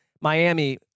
Miami